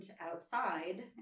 outside